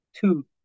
Two